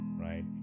right